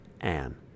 Anne